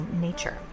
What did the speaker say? nature